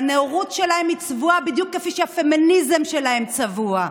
הנאורות שלהם צבועה בדיוק כמו שהפמיניזם שלהם צבוע.